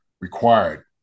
required